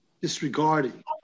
disregarding